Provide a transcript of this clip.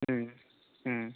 ம் ம்